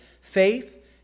faith